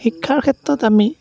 শিক্ষাৰ ক্ষেত্ৰত আমি